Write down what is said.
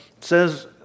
says